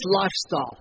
lifestyle